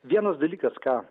vienas dalykas ką